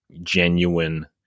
genuine